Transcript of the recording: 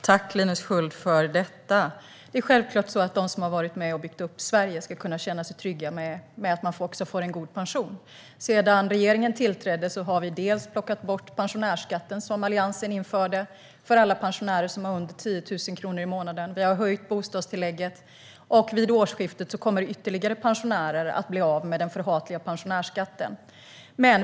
Herr talman! Tack, Linus Sköld! Det är självklart så att de som har varit med och byggt upp Sverige ska kunna känna sig trygga med att de också får en god pension. Sedan regeringen tillträdde har vi plockat bort pensionärsskatten, som Alliansen införde, för alla pensionärer som har under 10 000 kronor i månaden. Vi har höjt bostadstillägget, och vid årsskiftet kommer ytterligare pensionärer att slippa den förhatliga pensionärsskatten.